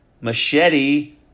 Machete